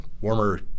warmer